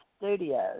Studios